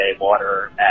water